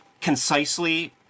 concisely